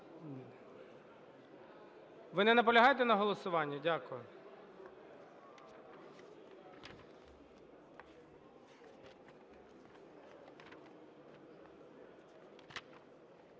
Ви не наполягаєте на голосуванні? Дякую.